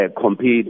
compete